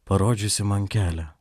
parodžiusi man kelią